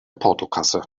portokasse